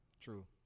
true